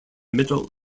middle